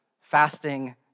fasting